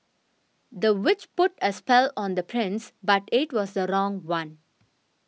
the witch put a spell on the prince but it was the wrong one